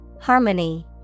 Harmony